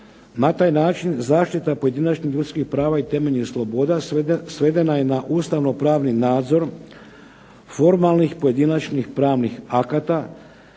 Na taj način zaštita pojedinačnih ljudskih prava i temeljnih sloboda svedena je na ustavnopravni nadzor formalnih pojedinačnih pravnih akata